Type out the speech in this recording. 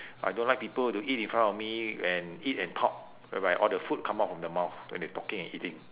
I don't like people to eat in front of me and eat and talk whereby all the food come out from the mouth when they talking and eating